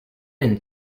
and